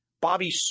Bobby